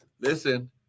Listen